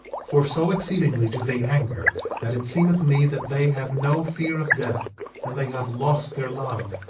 for so exceedingly do they anger that it seemeth me that they have no fear of death and they have lost their love,